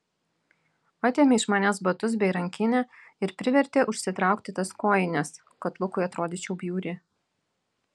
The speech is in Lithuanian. atėmė iš manęs batus bei rankinę ir privertė užsitraukti tas kojines kad lukui atrodyčiau bjauri